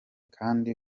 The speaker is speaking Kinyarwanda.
kandi